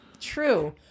True